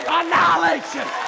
annihilation